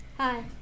Hi